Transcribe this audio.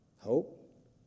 Hope